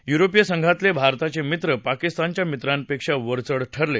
युरोपीय संघातले भारताचे मित्र पाकिस्तानच्या मित्रांपेक्षा वरचढ ठरले